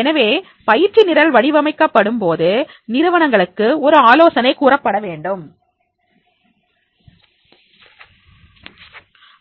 எனவே பயிற்சி நிரல் வடிவமைக்கப்படும் போது நிறுவனங்களுக்கு ஒரு ஆலோசனை கூறப்பட வேண்டும்